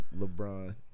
LeBron